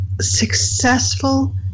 successful